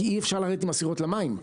כי אי אפשר לרדת עם הסירות למים.